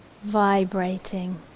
Vibrating